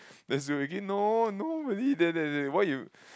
then Shui-Hui no no really then after that say why you